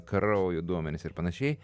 kraujo duomenis ir panašiai